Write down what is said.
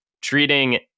treating